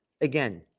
again